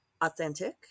authentic